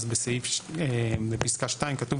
אז בפסקה (2) כתוב